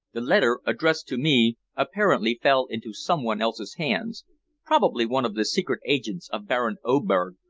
the letter addressed to me apparently fell into someone else's hands probably one of the secret agents of baron oberg,